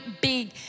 big